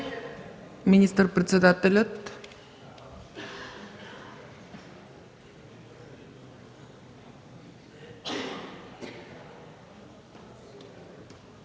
министър-председател.